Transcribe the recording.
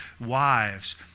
wives